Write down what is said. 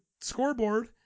scoreboard